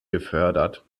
gefördert